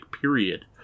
period